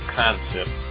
concept